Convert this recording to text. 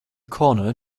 corner